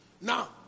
Now